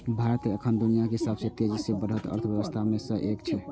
भारत एखन दुनियाक सबसं तेजी सं बढ़ैत अर्थव्यवस्था मे सं एक छै